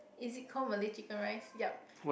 is it called Malay chicken rice yup